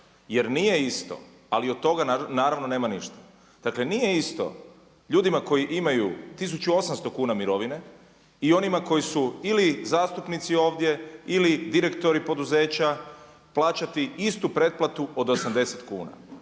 Jer nije isto, ali od toga naravno nema ništa, dakle nije isto ljudima koji imaju 1800 kuna mirovine i onima koji su ili zastupnici ovdje ili direktori poduzeća plaćati istu pretplatu od 80 kuna.